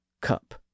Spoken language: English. cup